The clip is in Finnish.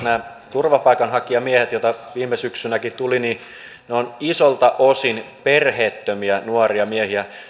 nämä turvapaikanhakijamiehet joita viime syksynä tuli ovat isolta osin perheettömiä nuoria miehiä